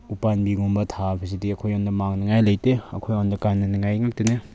ꯑꯄꯥꯝꯕꯤꯒꯨꯝꯕ ꯊꯥꯕꯁꯤꯗꯤ ꯑꯩꯈꯣꯏꯉꯣꯟꯗ ꯃꯥꯡꯅꯤꯡꯉꯥꯏ ꯂꯩꯇꯦ ꯑꯩꯈꯣꯏꯉꯣꯟꯗ ꯀꯥꯟꯅꯅꯤꯡꯉꯥꯏ ꯉꯥꯛꯇꯅꯦ